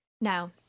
Now